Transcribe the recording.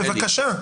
בבקשה.